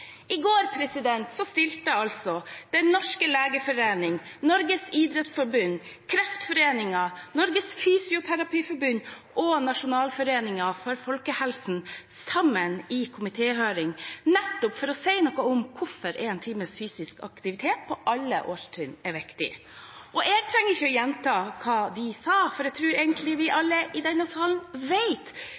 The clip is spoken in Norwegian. I går stilte Den norske legeforening, Norges idrettsforbund, Kreftforeningen, Norsk Fysioterapeutforbund og Nasjonalforeningen for folkehelsen opp sammen i komitéhøring, nettopp for å si noe om hvorfor én times fysisk aktivitet på alle årstrinn er viktig. Jeg trenger ikke å gjenta hva de sa, for jeg tror egentlig vi alle i denne salen